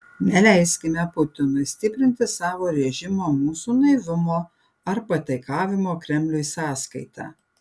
neleiskime putinui stiprinti savo režimo mūsų naivumo ar pataikavimo kremliui sąskaita